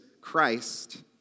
Christ